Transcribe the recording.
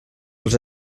als